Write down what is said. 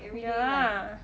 ya